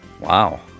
Wow